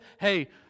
hey